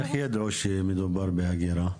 איך ידעו שמדובר בהגירה?